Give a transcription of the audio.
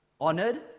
honored